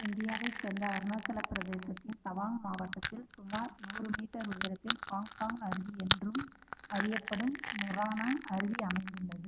இந்தியாவைச் சேர்ந்த அருணாச்சலப் பிரதேசத்தின் தவாங் மாவட்டத்தில் சுமார் நூறு மீட்டர் உயரத்தில் பாங் பாங் அருவி என்றும் அறியப்படும் நூரானங் அருவி அமைந்துள்ளது